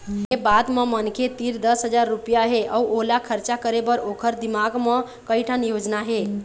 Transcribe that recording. ए बात म मनखे तीर दस हजार रूपिया हे अउ ओला खरचा करे बर ओखर दिमाक म कइ ठन योजना हे